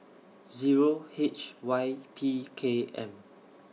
Zero H Y P K M